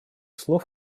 слов